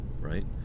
right